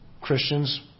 christians